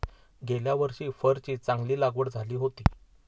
गेल्या वर्षी फरची चांगली लागवड झाली होती